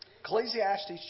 Ecclesiastes